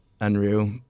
unreal